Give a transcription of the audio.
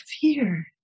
fear